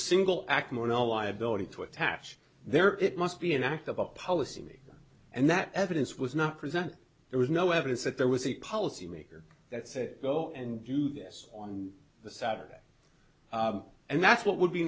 single act more no liability to attach there it must be an act of a policy and that evidence was not present there was no evidence that there was a policy maker that said go and do this on the saturday and that's what would be